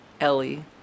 Ellie